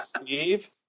Steve